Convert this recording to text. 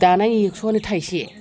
दाना एकस'आनो थाइसे